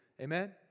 Amen